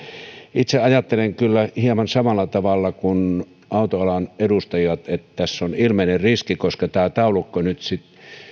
itse ajattelen kyllä hieman samalla tavalla kuin autoalan edustajat että tässä on ilmeinen riski koska tämä taulukko nyt sitten